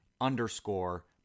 underscore